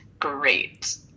Great